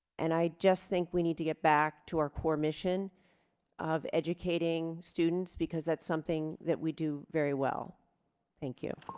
and ijust think we need to get back to our core mission of educating students because that's something that we do very well thank you